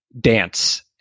dance